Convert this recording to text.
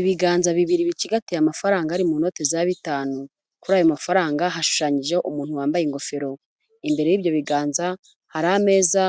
Ibiganza bibiri bicigatiye amafaranga ari mu noti za bitanu kuri ayo mafaranga hashushanyijeho umuntu wambaye ingofero imbere y'ibyo biganza hari ameza